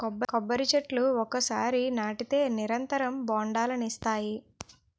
కొబ్బరి చెట్లు ఒకసారి నాటితే నిరంతరం బొండాలనిస్తాయి